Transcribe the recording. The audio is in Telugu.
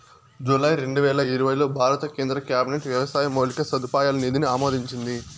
జూలై రెండువేల ఇరవైలో భారత కేంద్ర క్యాబినెట్ వ్యవసాయ మౌలిక సదుపాయాల నిధిని ఆమోదించింది